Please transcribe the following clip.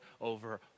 over